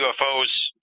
UFOs